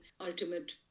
ultimate